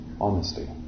honesty